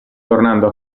tornando